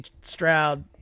Stroud